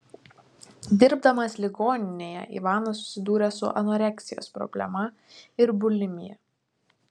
dirbdamas ligoninėje ivanas susidūrė su anoreksijos problema ir bulimija